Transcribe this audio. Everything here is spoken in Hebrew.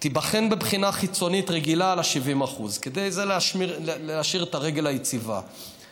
תיבחן בבחינה חיצונית רגילה על ה-70% זה להשאיר את הרגל היציבה,